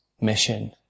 mission